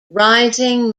rising